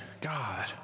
God